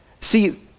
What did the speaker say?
See